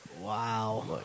Wow